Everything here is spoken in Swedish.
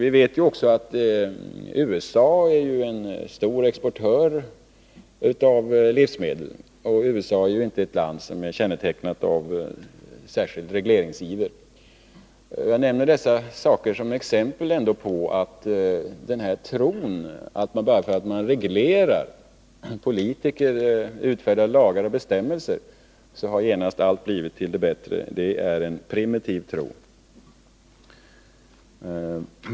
Vi vet också att USA är en stor exportör av livsmedel och att USA inte är ett land som kännetecknas av någon särskild regleringsiver. Jag nämner detta som exempel på att tron att bara man reglerar, dvs. politiker utfärdar lagar och bestämmelser, blir allt genast till det bättre är en primitiv tro.